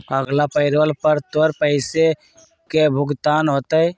अगला पैरोल पर तोर पैसे के भुगतान होतय